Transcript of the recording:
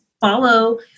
follow